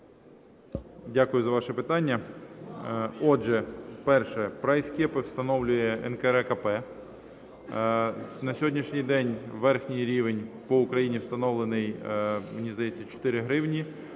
Дякую за ваше питання.